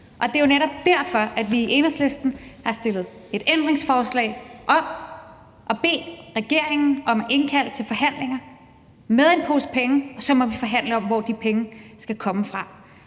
og det er jo netop derfor, at vi i Enhedslisten har stillet et ændringsforslag, hvor vi beder regeringen om, med en pose penge, at indkalde til forhandlinger, og så må vi forhandle om, hvor de penge skal komme fra.